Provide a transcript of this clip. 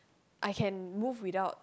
I can move without